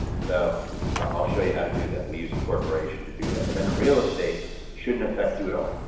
so i'll show you how to do that. we use a corporation to do that and then in real estate shouldn't affect you at all.